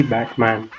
Batman